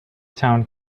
town